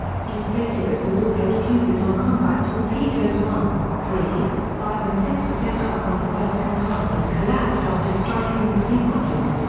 he stated that the warhead fuses on combat torpedoes one, three, five and six were set off when the first compartment collapsed after striking the sea bottom.